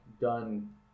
done